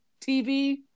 TV